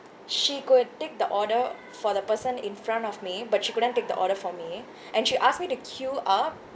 she could take the order for the person in front of me but she couldn't take the order for me and she ask me to queue up